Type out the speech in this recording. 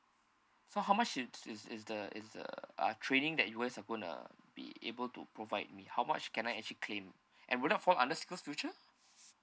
so how much is is is the is the uh training that you guys are gonna be able to provide me how much can I actually claim and will that fall under skillful future